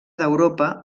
d’europa